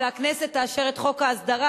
והכנסת תאשר את חוק ההסדרה,